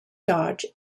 dodge